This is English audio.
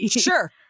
Sure